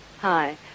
Hi